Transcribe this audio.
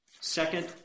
Second